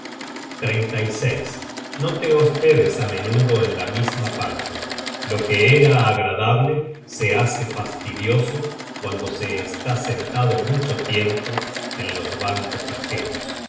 search generated at no te hospedes á menudo en la misma parte lo que era agradable se hace fastidioso cuando se está sentado mucho tiempo en los bancos ajenos